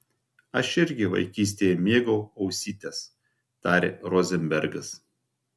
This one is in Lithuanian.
aš irgi vaikystėje mėgau ausytes tarė rozenbergas